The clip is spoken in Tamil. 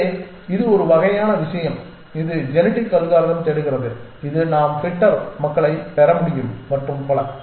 எனவே இது ஒரு வகையான விஷயம் இது ஜெனடிக் அல்காரிதம் தேடுகிறது இது நாம் ஃபிட்டர் மக்களைப் பெற முடியும் மற்றும் பல